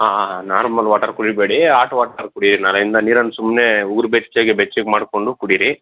ಹಾಂ ಹಾಂ normal water ಕುಡಿಬೇಡಿ ಆಟ್ ವಾಟರ್ ಕುಡಿಯಿರಿ ನಾಳೆಯಿಂದ ನೀರನ್ನು ಸುಮ್ನೆ ಉಗುರು ಬೆಚ್ಚಗೆ ಬೆಚ್ಚಗೆ ಮಾಡಿಕೊಂಡು ಕುಡಿಯಿರಿ